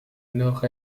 nord